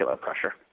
pressure